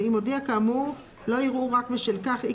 ואם הודיע כאמור לא יראו רק בשל כך אי